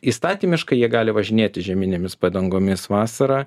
įstatymiškai jie gali važinėti žieminėmis padangomis vasarą